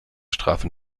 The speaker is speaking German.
strafe